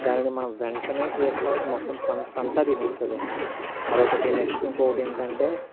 దానిని మనం వెంటనే చేయకపోతే అది మొత్తం పంట అంతా తినేస్తాదండి అదొకటి నెక్స్ట్ ఇంకొకటేంటంటే